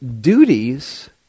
duties